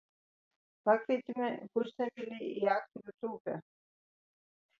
pakvietėme kurčnebylį į aktorių trupę